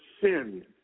sin